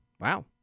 Wow